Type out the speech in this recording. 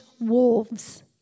wolves